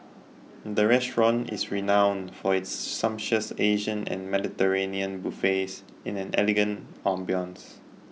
the restaurant is renowned for its sumptuous Asian and Mediterranean buffets in an elegant ambience